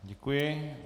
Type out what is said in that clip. Děkuji.